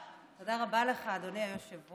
תודה רבה לך, אדוני היושב-ראש.